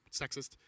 sexist